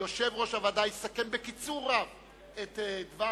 יושב-ראש הוועדה יסכם בקיצור רב את דבר